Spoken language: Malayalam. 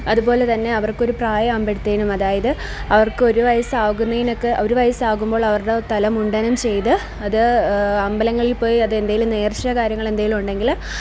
അതുപോലെത്തന്നെ അവര്ക്കൊരു പ്രായമാകുമ്പോഴേക്കും അതായത് അവര്ക്കൊരു വയസ്സാകുന്നതിനൊക്കെ ഒരു വയസ്സാകുമ്പോള് അവരുടെ തല മുണ്ഡനം ചെയ്ത് അത് അമ്പലങ്ങളില് പോയി അതെന്തെങ്കിലും നേര്ച്ചാ കാര്യങ്ങള് എന്തേലും ഉണ്ടെങ്കില്